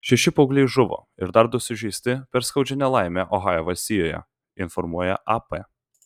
šeši paaugliai žuvo ir dar du sužeisti per skaudžią nelaimę ohajo valstijoje informuoja ap